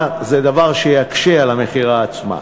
זה דבר שיקשה את המכירה עצמה.